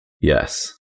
Yes